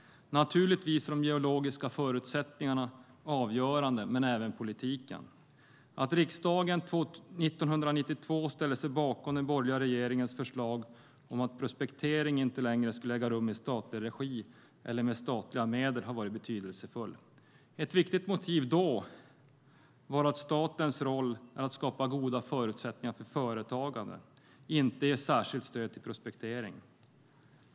Naturligtvis är de geologiska förutsättningarna avgörande, men det är även politiken. Att riksdagen 1992 ställde sig bakom den borgerliga regeringens förslag om att prospektering inte längre skulle äga rum i statlig regi eller med statliga medel har varit betydelsefullt. Ett viktigt motiv då var att statens roll är att skapa goda förutsättningar för företagande, inte att ge särskilt stöd till prospektering.